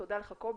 תודה קובי.